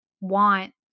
want